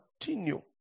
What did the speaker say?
continue